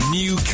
new